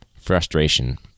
frustration